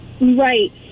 Right